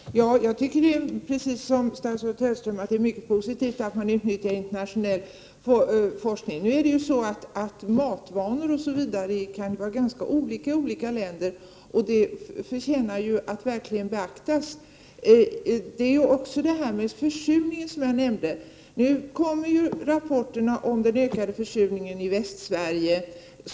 Herr talman! Jag tycker precis som statsrådet Hellström att det är mycket positivt att man utnyttjar internationell forskning. Men matvanor osv. kan ju vara ganska olika i olika länder, och det förtjänar att beaktas. Jag nämnde också försurningen. Nu kommer rapporter om ökad försurning i Västsverige.